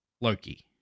Loki